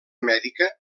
mèdica